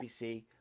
BBC